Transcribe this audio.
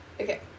Okay